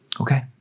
Okay